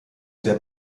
der